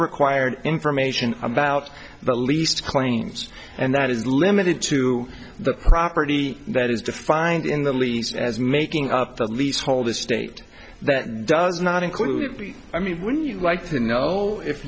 required information about the least claims and that is limited to the property that is defined in the lease as making up the leasehold estate that does not include i mean when you like to know if